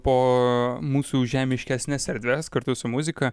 po mūsų žemiškesnes erdves kartu su muzika